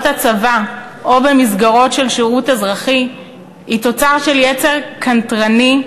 הצבא או במסגרות של שירות אזרחי הוא תוצר של יצר קנטרני,